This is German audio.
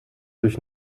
durch